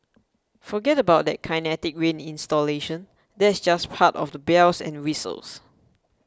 forget about that Kinetic Rain installation that's just part of the bells and whistles